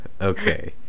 Okay